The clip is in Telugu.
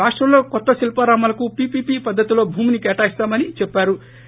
రాష్టంలో కొత్త శిల్సారామాలకు పీపీపీ పద్దతిలో భూమిని కేటాయిస్తామని చేప్పార్తు